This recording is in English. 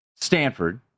Stanford